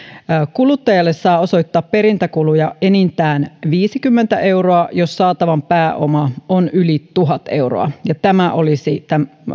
kuluttajalle saa osoittaa perintäkuluja enintään viisikymmentä euroa jos saatavan pääoma on yli tuhat euroa ja tämä olisi